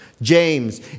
James